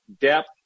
depth